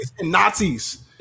Nazis